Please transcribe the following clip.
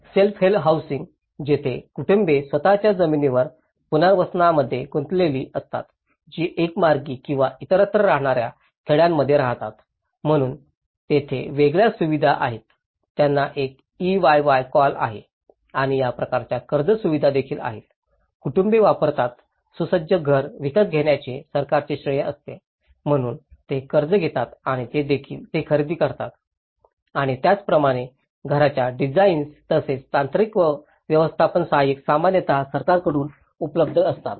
self help housing जिथे कुटुंबे स्वत च्या जमिनीवरील पुनर्वसनामध्ये गुंतलेली असतात जी एकमार्गी किंवा इतरत्र राहणाऱ्या खेड्यांमध्ये राहतात म्हणून तेथे वेगवेगळ्या सुविधा आहेत ज्यांना एक EYY कॉल आहे आणि त्या प्रकारच्या कर्ज सुविधा देखील आहेत कुटुंबे वापरतात सुसज्ज घर विकत घेण्याचे सरकारचे श्रेय असते म्हणून ते कर्ज घेतात आणि ते खरेदी करतात आणि त्याचप्रमाणे घराच्या डिझाईन्स तसेच तांत्रिक व व्यवस्थापन सहाय्यक सामान्यत सरकारकडून उपलब्ध असतात